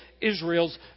Israel's